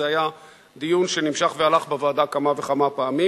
זה היה דיון שנמשך והלך בוועדה כמה וכמה פעמים